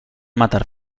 matar